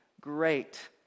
great